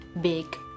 big